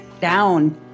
down